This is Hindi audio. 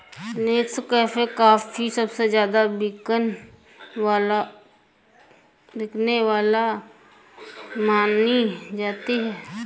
नेस्कैफ़े कॉफी सबसे ज्यादा बिकने वाली मानी जाती है